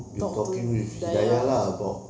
talk to dayah